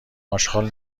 آشغال